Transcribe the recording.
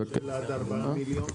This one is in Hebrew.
של עד 4 מיליון?